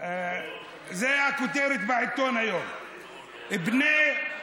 זה הכותרת בעיתון היום: בני,